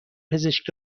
پزشک